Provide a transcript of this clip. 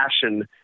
passion